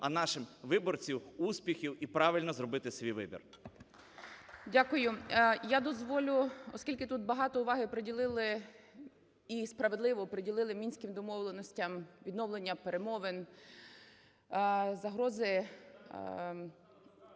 А нашим виборцям – успіхів і правильно зробити свій вибір. 14:03:23 ГОЛОВУЮЧИЙ. Дякую. Я дозволю, оскільки тут багато уваги приділили, і справедливо приділили, Мінським домовленостям, відновленням перемовин, загрози